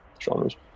genres